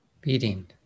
Beating